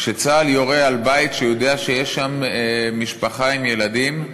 שצה"ל יורה על בית שהוא יודע שיש שם משפחה עם ילדים,